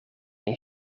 een